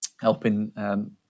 helping